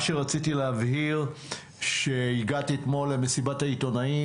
מה שרציתי להבהיר שהגעתי אתמול למסיבת העיתונאים,